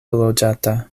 loĝata